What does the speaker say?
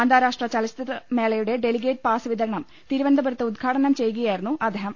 അന്താരാഷ്ട്ര ചലച്ചിത്രമേളയുടെ delegate pass വിതരണം തിരു വനന്തപുരത്ത് ഉദ്ഘാടനം ചെയ്യുകയായിരുന്നു അദ്ദേഹം